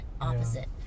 opposite